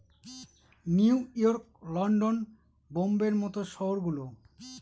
new York, London, বোম্বের মত শহর গুলো